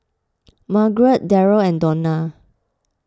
Margarete Derrell and Donna